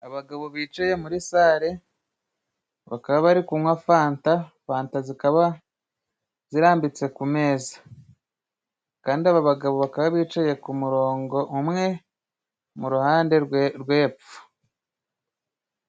Abagabo bicaye muri sale bakaba bari kunywa fanta. Fanta zikaba zirambitse ku meza kandi aba bagabo bakaba bicaye ku murongo umwe muhande rw'epfo.